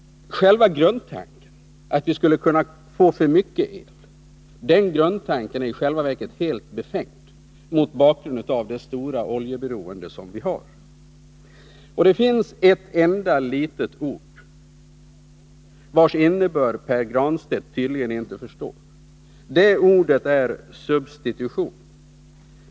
Själva grundtanken att vi skulle kunna få för mycket el är i själva verket helt befängd mot bakgrund av det stora oljeberoende vi har. Det finns ett enda litet ord vars innebörd Pär Granstedt tydligen inte förstår. Ordet är substitution.